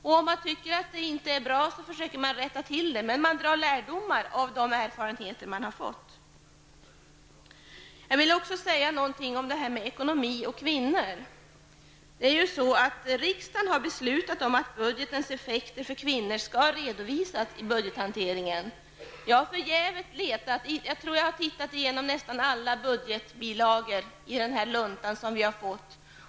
Om man inte tycker att det är bra, försöker man rätta till det. Men man drar lärdomar av de erfarenheter man har fått. Jag vill också säga något om ekonomi och kvinnor. Riksdagen har ju beslutat att budgetens effekter för kvinnor skall redovisas i budgethanteringen. Jag har förgäves letat, jag tror att jag har tittat igenom nästan alla budgetbilagor i den lunta vi har fått.